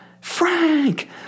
Frank